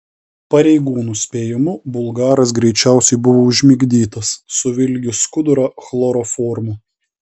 pareigūnų spėjimu bulgaras greičiausiai buvo užmigdytas suvilgius skudurą chloroformu